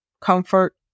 comfort